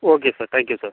okay sir thank you sir